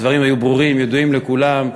הדברים היו ברורים וידועים לכולם,